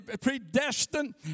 predestined